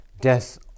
Death